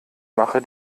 mache